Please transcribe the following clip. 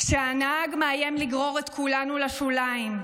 כשהנהג מאיים לגרור את כולנו לשוליים,